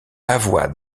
avoyt